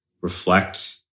reflect